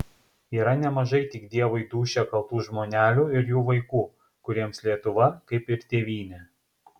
yra nemažai tik dievui dūšią kaltų žmonelių ir jų vaikų kuriems lietuva kaip ir tėvynė